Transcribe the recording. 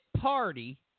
party